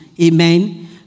amen